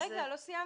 רגע, לא סיימתי.